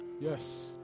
Yes